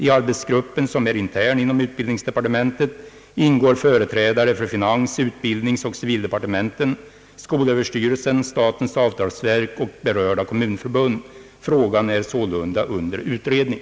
I arbetsgruppen, som är intern inom utbildningsdepartementet, ingår företrädare för finans-, utbildningsoch civildepartementen, skolöverstyrelsen, statens avtalsverk och berörda kommunförbund. Frågan är sålunda under utredning.